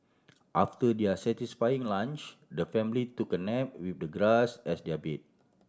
after their satisfying lunch the family took a nap with the grass as their bed